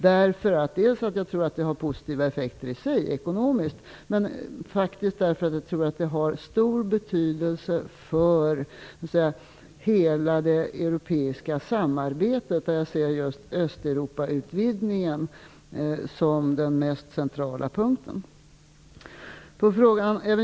Jag tror att det skulle ha positiva effekter i sig ekonomisk, men jag tror också att det har stor betydelse för hela det europeiska samarbetet. Där ser jag Östeuropautvidgningen som den mest centrala punkten.